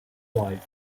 life